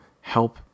help